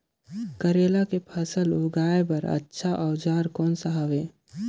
करेला के फसल उगाई बार अच्छा औजार कोन सा हवे?